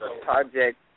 project